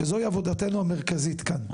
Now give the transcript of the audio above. שזו היא עבודתנו המרכזית כאן.